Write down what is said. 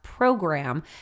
program